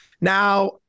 Now